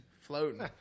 Floating